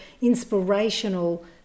inspirational